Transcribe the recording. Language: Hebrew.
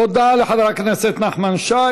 תודה לחבר הכנסת שי.